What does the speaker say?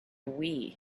wii